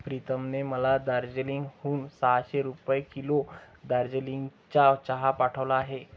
प्रीतमने मला दार्जिलिंग हून सहाशे रुपये किलो दार्जिलिंगचा चहा पाठवला आहे